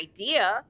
idea